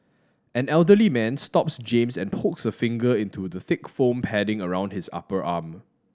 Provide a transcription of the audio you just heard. an elderly man stops James and pokes a finger into the thick foam padding around his upper arm